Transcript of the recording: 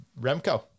Remco